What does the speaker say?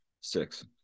six